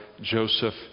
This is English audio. Joseph